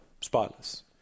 Spotless